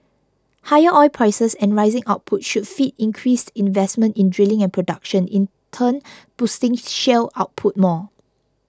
higher oil prices and rising output should feed increased investment in drilling and production in turn boosting shale output more